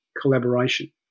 collaboration